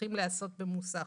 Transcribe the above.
צריכים להיעשות במוסך